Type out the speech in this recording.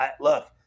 Look